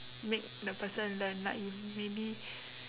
make the person learn like you really